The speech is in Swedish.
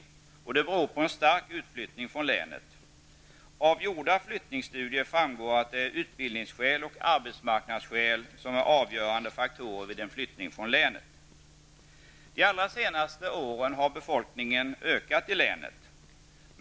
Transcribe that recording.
Det beror på en stor utflyttning från länet. Av gjorda flyttningsstudier framgår det att utbildningsskäl och arbetsmarknadsskäl är avgörande faktorer vid en flyttning från länet. De allra senaste åren har befolkningen i länet ökat.